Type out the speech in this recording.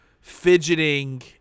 fidgeting